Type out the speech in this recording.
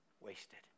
wasted